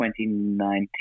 2019